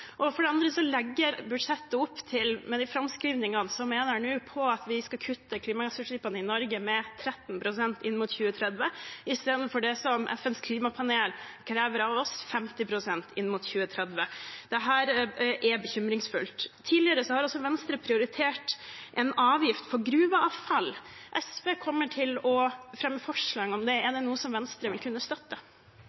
bekymringsfullt. For det andre legger budsjettet opp til, med de framskrivningene som er der, at vi skal kutte klimagassutslippene i Norge med 13 pst. inn mot 2030, istedenfor det som FNs klimapanel krever av oss: 50 pst. inn mot 2030. Dette er bekymringsfullt. Tidligere har Venstre prioritert en avgift for gruveavfall. SV kommer til å fremme forslag om det. Er